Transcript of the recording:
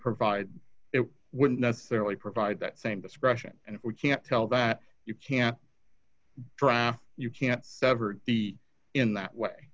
provide it wouldn't necessarily provide that same discretion and if we can't tell that you can't draft you can't sever the in that way